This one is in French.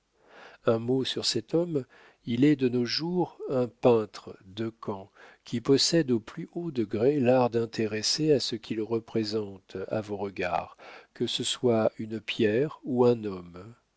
un mot sur cet homme il est de nos jours un peintre decamps qui possède au plus haut degré l'art d'intéresser à ce qu'il représente à vos regards que ce soit une pierre ou un homme